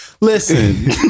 Listen